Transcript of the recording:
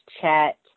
chat